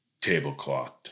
tablecloth